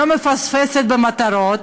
לא מפספסת במטרות,